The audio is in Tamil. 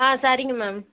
ஆ சரிங்க மேம்